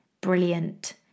brilliant